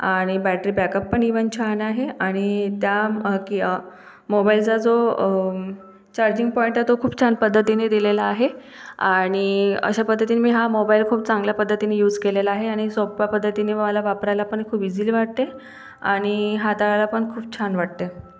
आणि battery backup पण even छान आहे आणि त्या मोबाईलचा जो चार्जिंग पॉईंट आहे तो खूप छान पद्धतीने दिलेला आहे आणि अशा पद्धतीने मी हा मोबाईल खूप चांगल्या पद्धतीने यूज केलेला आहे आणि सोप्या पद्धतीने वाला वापरायला पण खूप इझीली वाटते आणि हाताळायला पण खूप छान वाटते